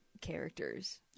characters